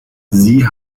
sie